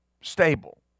stable